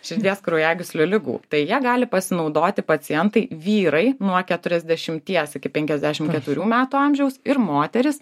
širdies kraujagyslių ligų tai ja gali pasinaudoti pacientai vyrai nuo keturiasdešimties iki penkiasdešim keturių metų amžiaus ir moterys